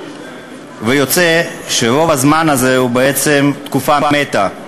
ויוצא שרוב הזמן הזה הוא תקופה מתה.